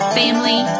family